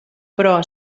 però